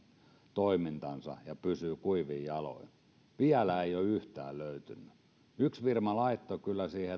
toimintansa ja pysyy kuivin jaloin vielä ei ole yhtään löytynyt yksi firma laittoi kyllä siihen